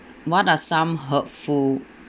what are some hurtful